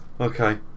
okay